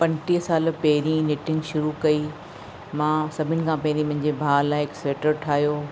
पंजटीह साल पहिरीं निटिंग शरू कई मां सभिनि खां पहिरी मुंहिंजे भाउ लाइ हिकु स्वेटर ठाहियो